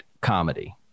comedy